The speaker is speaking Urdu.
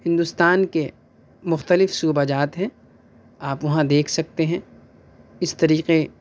ہندوستان کے مختلف صوبہ جات ہیں آپ وہاں دیکھ سکتے ہیں اِس طریقے